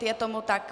Je tomu tak.